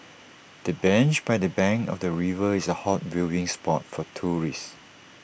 the bench by the bank of the river is A hot viewing spot for tourists